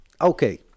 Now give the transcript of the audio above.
Okay